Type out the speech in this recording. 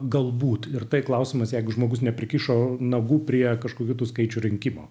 galbūt ir tai klausimas jeigu žmogus neprikišo nagų prie kažkokių tų skaičių rinkimo